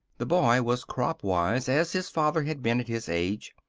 the boy was cropwise, as his father had been at his age.